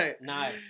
No